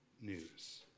news